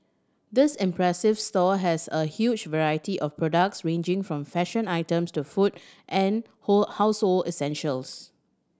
this impressive store has a huge variety of products ranging from fashion items to food and hole household essentials